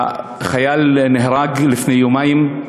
החייל נהרג לפני יומיים.